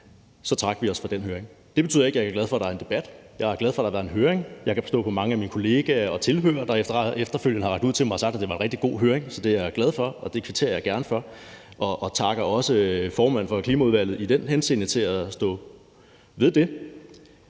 Så trak vi os fra den høring. Det betyder ikke, at jeg ikke er glad for, at der er en debat. Jeg er glad for, at der har været en høring, og jeg kan forstå på mange af mine kollegaer og på tilhørere, der efterfølgende har rakt ud til mig, at det var en rigtig god høring. Så det er jeg glad for og kvitterer gerne for, og jeg takker også formanden for Klimaudvalget for i den henseende at stå ved det.